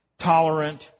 tolerant